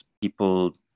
people